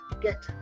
get